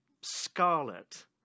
scarlet